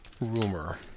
rumor